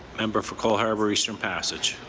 member for cole harbour-eastern passage.